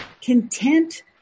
Content